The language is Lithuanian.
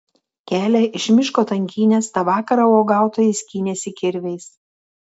kelią iš miško tankynės tą vakarą uogautojai skynėsi kirviais